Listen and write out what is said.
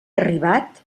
arribat